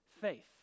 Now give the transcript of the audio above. faith